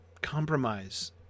compromise